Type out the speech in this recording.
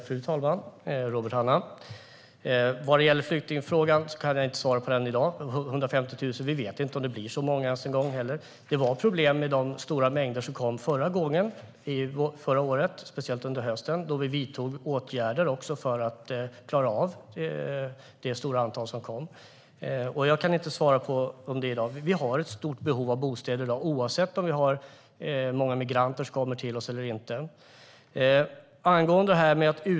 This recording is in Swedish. Fru talman! Flyktingfrågan, Robert Hannah, kan jag inte svara på i dag. Vi vet inte ens en gång om det blir så många som 150 000. Det var problem med de stora mängder som kom förra året och speciellt under hösten. Då vidtog vi också åtgärder för att klara av det stora antal som kom. Jag kan inte svara på det i dag. Vi har i dag ett stort behov av bostäder oavsett om vi har många migranter som kommer till oss eller inte.